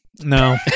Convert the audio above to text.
No